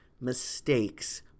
mistakes